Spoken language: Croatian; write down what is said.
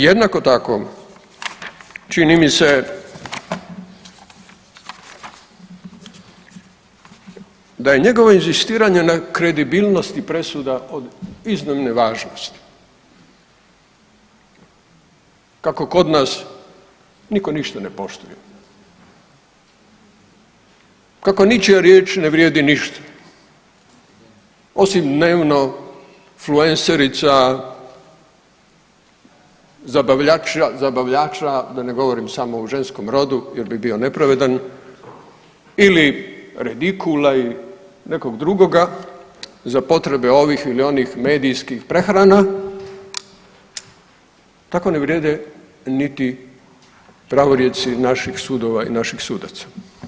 Jednako tako čini mi se da je njegovo inzistiranje na kredibilnosti presuda od iznimne važnosti kako kod nas niko ništa ne poštuje, kako ničija riječ ne vrijedi ništa osim dnevno fluencerica, zabavljača, da ne govorim samo u ženskom rodu jer bi bio nepravedan ili redikula i nekog drugoga za potrebe ovih ili onih medijskih prehrana, tako ne vrijede niti pravorijeci naših sudova i naših sudaca.